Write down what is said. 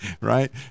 right